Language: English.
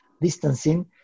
distancing